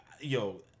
Yo